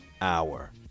hour